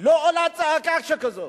לא עולה צעקה שכזאת?